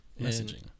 messaging